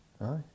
aye